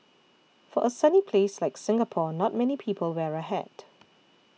for a sunny place like Singapore not many people wear a hat